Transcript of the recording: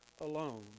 alone